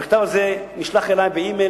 המכתב הזה נשלח אלי באימייל,